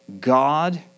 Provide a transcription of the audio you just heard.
God